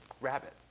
rabbit